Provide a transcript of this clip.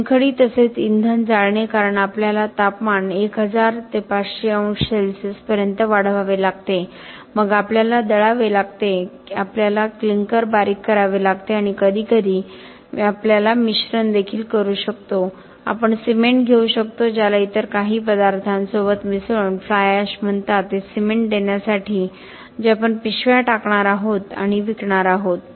चुनखडी तसेच इंधन जाळणे कारण आपल्याला तापमान 1000 500 अंश सेल्सिअस पर्यंत वाढवावे लागते मग आपल्याला दळावे लागते आपल्याला क्लिंकर बारीक करावे लागते आणि कधीकधी आपण मिश्रण देखील करू शकतो आपण सिमेंट घेऊ शकतो ज्याला इतर काही पदार्थांसोबत मिसळून फ्लाय एश म्हणतात ते सिमेंट देण्यासाठी जे आपण पिशव्या टाकणार आहोत आणि विकणार आहोत